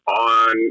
on